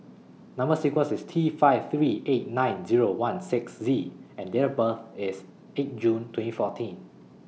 Number sequence IS T five three eight nine Zero one six Z and Date of birth IS eight June twenty fourteen